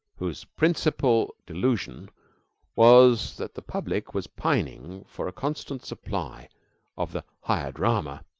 whose principal delusion was that the public was pining for a constant supply of the higher drama,